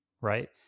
right